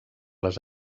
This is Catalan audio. les